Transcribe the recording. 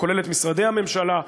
הכולל את משרדי הממשלה,